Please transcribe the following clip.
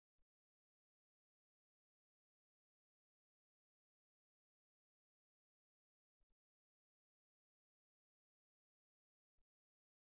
కాబట్టి ఈ నిర్దిష్ట సమస్యకు ఇది మంచి పరిష్కారం కాదు ఎందుకంటే ఇది పెద్ద పొడవును ఉపయోగిస్తుంది షార్ట్ సర్క్యూట్ చేసిన విషయం మంచి ఎంపిక కానీ నేను మీకు చూపించిన డిజైన్ ఓపెన్ సర్క్యూట్ స్టబ్ కోసం మంచిది ఎందుకంటే ఇది తక్కువ పొడవు ఉన్న దానిని ఉపయోగిస్తుంది